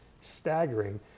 staggering